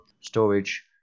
storage